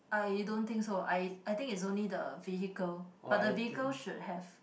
I don't think so I I think it's only the vehicle but the vehicle should have